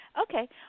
Okay